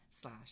slash